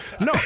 No